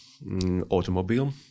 automobile